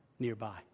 nearby